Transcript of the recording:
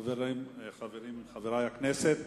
חברי הכנסת,